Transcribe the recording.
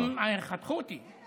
חתכו אותי.